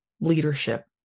leadership